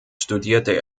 studierte